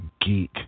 Geek